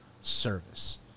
service